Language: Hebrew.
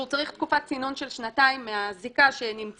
צריך תקופת צינון של שנתיים מהזיקה שנמצאה.